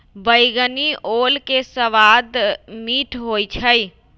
बइगनी ओल के सवाद मीठ होइ छइ